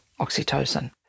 oxytocin